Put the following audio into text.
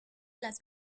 las